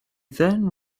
then